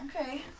okay